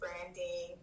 branding